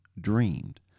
dreamed